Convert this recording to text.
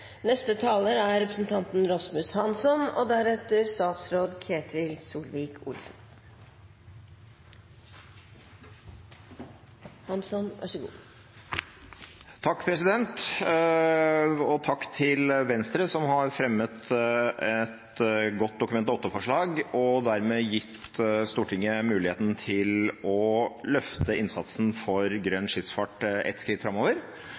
Takk til Venstre som har fremmet et godt Dokument 8-forslag og dermed gitt Stortinget muligheten til å løfte innsatsen for grønn skipsfart et skritt framover,